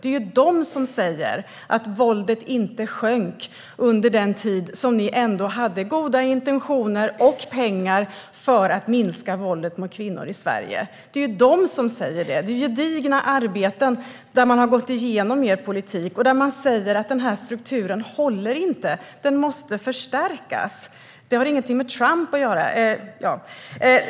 Det är de som säger att våldet inte sjönk under den tid då ni hade goda intentioner och pengar för att minska våldet mot kvinnor i Sverige. Man har gått igenom er politik, och det har gjorts genom ett gediget arbete. De säger att strukturen inte håller, utan måste förstärkas. Detta har ingenting med Trump att göra.